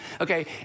Okay